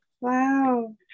wow